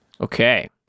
okay